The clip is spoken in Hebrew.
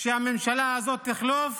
שהממשלה הזאת תחלוף